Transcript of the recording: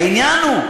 העניין הוא,